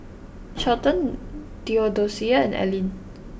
Shelton Theodocia and Aylin